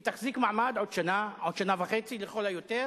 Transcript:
והיא תחזיק מעמד עוד שנה, שנה וחצי לכל היותר,